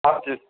हजुर